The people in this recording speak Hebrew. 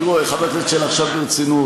תראו, חבר הכנסת שלח, עכשיו ברצינות,